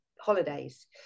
holidays